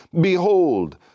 Behold